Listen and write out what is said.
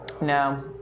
No